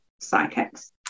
psychics